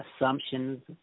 assumptions